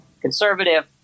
conservative